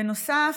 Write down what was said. בנוסף,